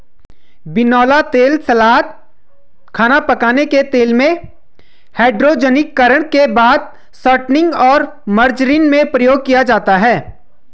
बिनौला तेल सलाद, खाना पकाने के तेल में, हाइड्रोजनीकरण के बाद शॉर्टनिंग और मार्जरीन में प्रयोग किया जाता है